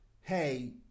hey